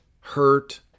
hurt